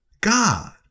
God